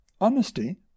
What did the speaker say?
honesty